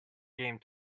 game